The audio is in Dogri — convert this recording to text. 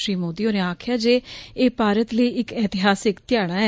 श्री मोदी होरें आखेआ ऐ जे एह भारत लेई इक एतिहासिक ध्याड़ा ऐ